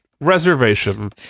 reservation